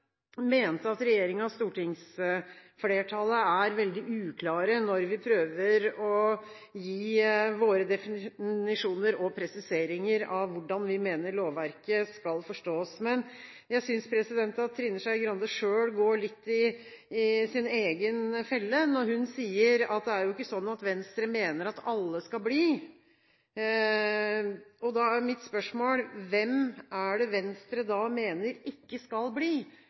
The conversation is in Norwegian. mente at regjeringen og stortingsflertallet er veldig uklare, når vi prøver å gi våre definisjoner og presiseringer av hvordan vi mener lovverket skal forstås. Men jeg synes at Trine Skei Grande går litt i sin egen felle, når hun sier at Venstre ikke mener at alle skal bli. Da er mitt spørsmål: Hvem er det Venstre da mener ikke skal bli?